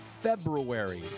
February